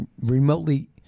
remotely